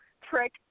trick